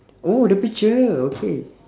oh the picture okay